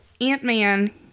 Ant-Man